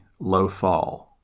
Lothal